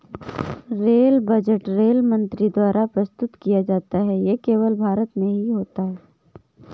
rail budget rail मंत्री द्वारा प्रस्तुत किया जाता है ये केवल भारत में ही होता है